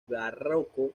barroco